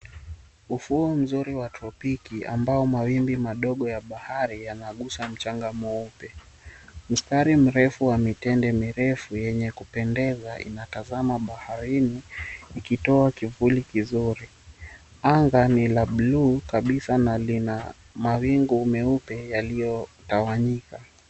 Ufuo mzuri wa tropiki ambao mawimbi madogo ya bahari yanagusa mchanga mweupe. Mstari mrefu wa mitende mirefu yenye kupendeza inatazama baharini ikitoa kivuli kizuri, anga ni la buluu kabisa na lina mawingu meupe yaliyotawanyika.